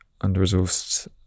under-resourced